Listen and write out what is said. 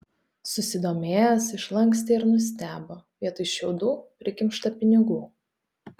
susidomėjęs išlankstė ir nustebo vietoj šiaudų prikimšta pinigų